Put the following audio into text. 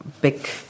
big